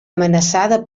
amenaçada